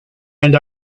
and